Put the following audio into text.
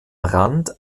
rand